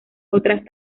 otras